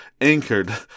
anchored